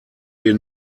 wir